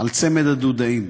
על צמד הדודאים.